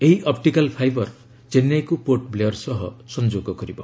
ଏହି optical fibre ଚେନ୍ନାଇକୁ ପୋର୍ଟ ବ୍ଲେୟର ସହ ସଂଯୋଗ କରିବ